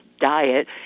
diet